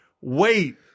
wait